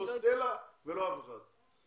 לא סטלה ולא אף אחד אחר.